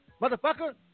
motherfucker